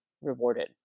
rewarded